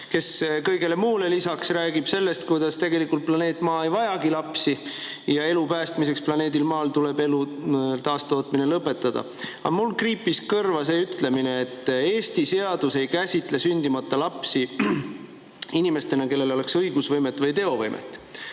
kes kõigele muule lisaks räägib sellest, kuidas tegelikult planeet Maa ei vajagi lapsi ja elu päästmiseks planeedil Maa tuleb elu taastootmine lõpetada. Aga mul kriipis kõrva see ütlemine, et Eesti seadus ei käsitle sündimata lapsi inimestena, kellel on õigusvõime või teovõime.